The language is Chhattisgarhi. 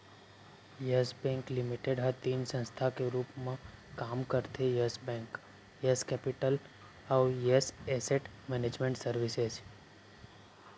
यस बेंक लिमिटेड ह तीन संस्था के रूप म काम करथे यस बेंक, यस केपिटल अउ यस एसेट मैनेजमेंट सरविसेज